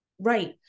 right